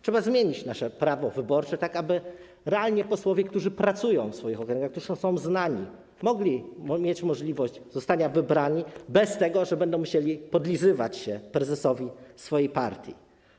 Trzeba zmienić nasze prawo wyborcze, tak aby realnie posłowie, którzy pracują w swoich okręgach, którzy są znani, mogli mieć możliwość, że zostaną wybrani, bez tego, że będą musieli podlizywać się prezesowi swojej partii.